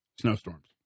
snowstorms